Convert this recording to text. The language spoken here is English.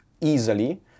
easily